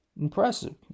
impressive